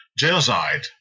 genocide